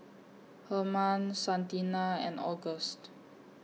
Hermann Santina and August